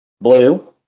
blue